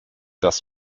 das